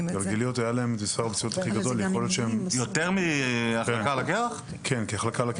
בגלגיליות היו להם את מספר הפציעות הכי גדול -- יותר מהחלקה על הקרח?